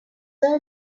elle